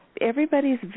everybody's